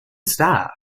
staff